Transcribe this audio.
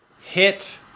hit